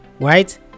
right